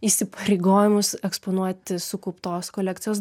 įsipareigojimus eksponuoti sukauptos kolekcijos